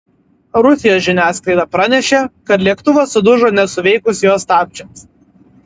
rusijos žiniasklaida pranešė kad lėktuvas sudužo nesuveikus jo stabdžiams